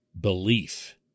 belief